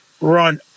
run